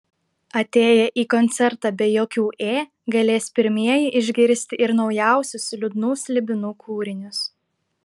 atėję į koncertą be jokių ė galės pirmieji išgirsti ir naujausius liūdnų slibinų kūrinius